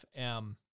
FM